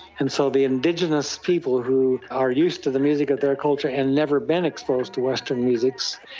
and so the indigenous people who are used to the music of their culture and never been exposed to western musics,